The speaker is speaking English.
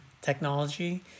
technology